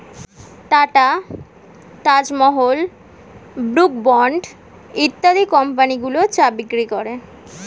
tata, Taj Mahal, Brooke Bond ইত্যাদি কোম্পানিগুলো চা বিক্রি করে